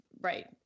Right